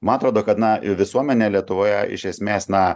man atrodo kad na visuomenė lietuvoje iš esmės na